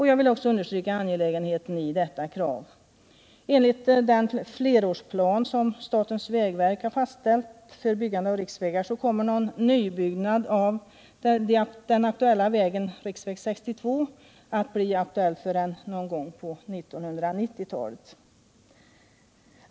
Jag vill också understryka det angelägna i detta krav. Enligt den flerårsplan som statens vägverk fastställt för byggande av riksvägar kommer inte någon nybyggnad av riksväg 62 att bli aktuell förrän någon gång på 1990-talet.